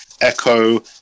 Echo